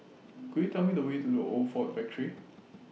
Could YOU Tell Me The Way to The Old Ford Factory